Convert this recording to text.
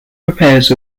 prepares